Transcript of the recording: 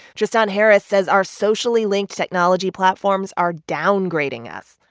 tristan harris says our socially linked technology platforms are downgrading us.